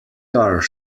are